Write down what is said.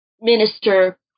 minister